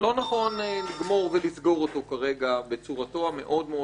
לא נכון לגמור ולסגור אותו כרגע בצורתו המאוד מאוד